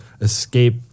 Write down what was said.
escape